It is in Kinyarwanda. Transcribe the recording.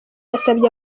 yasabye